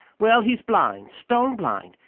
well, he's blind stone blind.